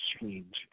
change